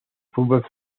fútbol